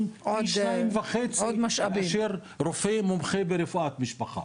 פי שניים וחצי מאשר רופא מומחה ברפואת משפחה.